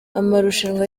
amarushanwa